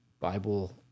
Bible